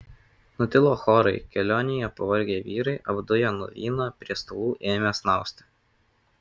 nutilo chorai kelionėje pavargę vyrai apduję nuo vyno prie stalų ėmė snausti